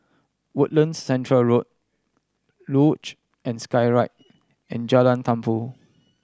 Woodlands Centre Road Luge and Skyride and Jalan Tumpu